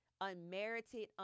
Unmerited